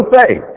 faith